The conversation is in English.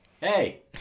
Hey